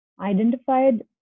identified